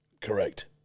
Correct